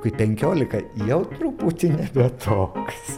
kai penkiolika jau truputį nebe toks